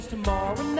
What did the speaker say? Tomorrow